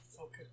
Okay